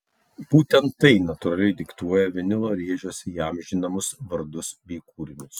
būtent tai natūraliai diktuoja vinilo rėžiuose įamžinamus vardus bei kūrinius